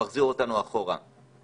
יש לנו מידע מה עושה הרשות הפלסטינית,